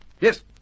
Yes